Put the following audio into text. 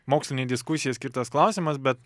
mokslinei diskusijai skirtas klausimas bet